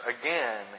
again